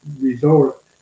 resort